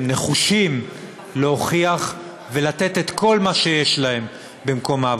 הם נחושים להוכיח ולתת את כל מה שיש להם במקום העבודה.